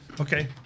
Okay